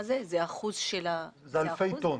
זה אלפי טון.